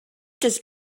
does